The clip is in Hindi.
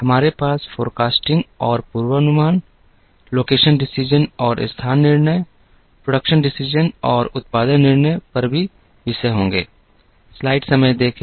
हमारे पास पूर्वानुमान स्थान निर्णय उत्पादन निर्णय पर भी विषय होंगे